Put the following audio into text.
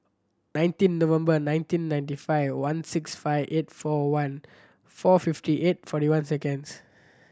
nineteen November nineteen ninety five one six five eight four one four fifty eight forty one seconds